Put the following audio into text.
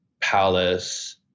palace